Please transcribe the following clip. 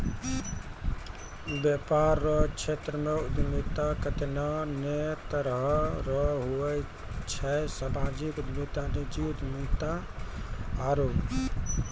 वेपार रो क्षेत्रमे उद्यमिता कत्ते ने तरह रो हुवै छै सामाजिक उद्यमिता नीजी उद्यमिता आरु